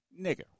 nigger